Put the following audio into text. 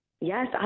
Yes